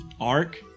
Ark